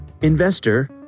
investor